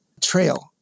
trail